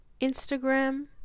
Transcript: Instagram